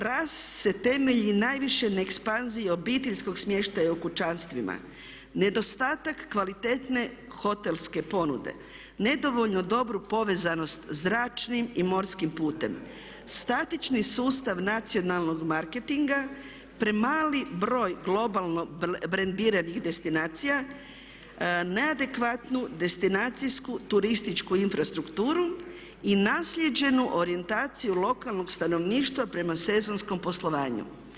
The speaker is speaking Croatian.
Rast se temelji najviše na ekspanziji obiteljskog smještaja u kućanstvima, nedostatak kvalitetne hotelske ponude, nedovoljno dobru povezanost zračnim i morskim putem, statični sustav nacionalnog marketinga, premali broj globalno brendiranih destinacija, ne adekvatnu destinacijsku turističku infrastrukturu i naslijeđenu orijentaciju lokalnog stanovništva prema sezonskom poslovanju.